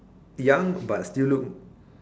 young but still look